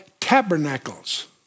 tabernacles